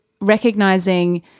recognizing